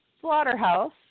Slaughterhouse